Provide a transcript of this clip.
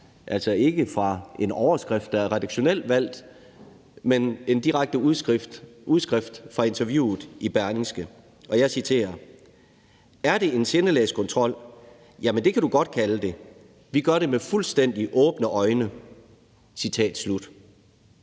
altså ikke fra en overskrift, der er redaktionelt valgt, men fra en direkte udskrift af interviewet i Berlingske – og jeg citerer: »Er det en sindelagskontrol? Jamen, det kan du godt kalde det. Vi gør det med fuldstændigt åbne øjne.« Vi lader